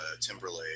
Timberlake